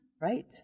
right